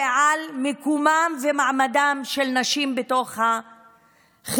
על מיקומן ומעמדן של נשים בתוך החברה,